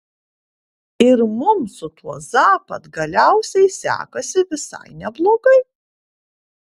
ir mums su tuo zapad galiausiai sekasi visai neblogai